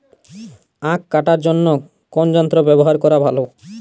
আঁখ কাটার জন্য কোন যন্ত্র ব্যাবহার করা ভালো?